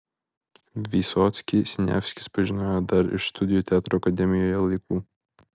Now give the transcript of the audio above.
vysockį siniavskis pažinojo dar iš studijų teatro akademijoje laikų